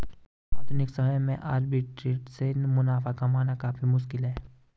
आधुनिक समय में आर्बिट्रेट से मुनाफा कमाना काफी मुश्किल है